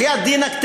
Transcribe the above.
בחייאת דינכ,